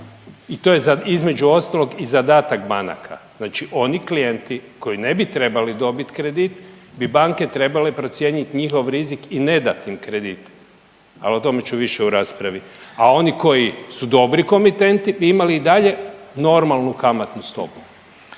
i to je između ostalog i zadatak banaka, znači oni klijenti koji ne bi trebali dobit kredit bi banke trebale procijenit njihov rizik i ne dat im kredit. Ali o tome ću više u raspravi. A oni koji su dobri komitenti bi imali i dalje normalnu kamatnu stopu.